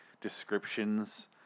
descriptions